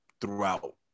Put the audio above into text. throughout